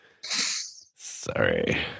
Sorry